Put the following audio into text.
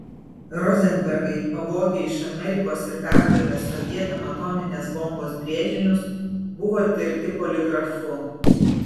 rozenbergai pavogę iš amerikos ir perdavę sovietam atominės bombos brėžinius buvo tirti poligrafu